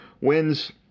wins